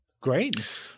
Great